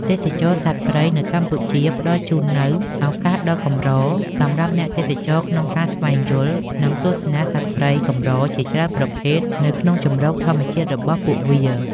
ទេសចរណ៍សត្វព្រៃនៅកម្ពុជាផ្តល់ជូននូវឱកាសដ៏កម្រសម្រាប់អ្នកទេសចរក្នុងការស្វែងយល់ និងទស្សនាសត្វព្រៃកម្រជាច្រើនប្រភេទនៅក្នុងជម្រកធម្មជាតិរបស់ពួកវា។